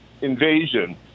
invasion